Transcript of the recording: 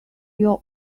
your